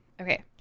Okay